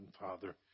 Father